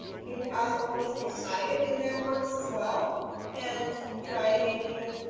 who has oral histories cited in their works as well and try and maybe even